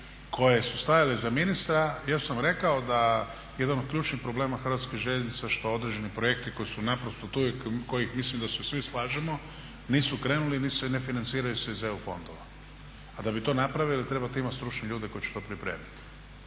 koje su stajale iza ministra, ja sam rekao da jedan od ključnih problema Hrvatskih željeznica što određeni projekti koji su tu i koji mislim da se svi slažemo nisu krenuli i ne financiraju se iz EU fondova. A da bi to napravili trebate imati stručne ljude koji će to pripremiti.